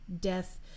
death